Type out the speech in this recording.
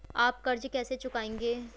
आप कर्ज कैसे चुकाएंगे?